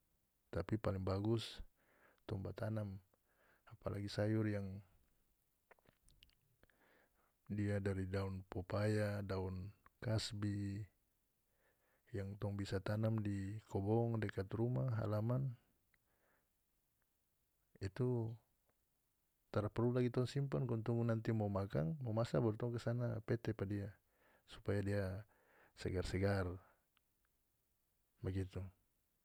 Tapi paling bagus tong ba tanam apalagi sayur yang dia dari daun popaya daun kasbi yang tong bisa tanam di kobong dekat rumah halaman itu tara perlu lagi tong simpan kong tunggu nanti mo makan momasa baru tong kasana pete pa dia supaya dia segar-segar bagitu.